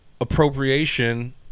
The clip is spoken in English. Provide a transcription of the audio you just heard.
appropriation